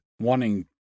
wanting